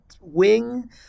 wing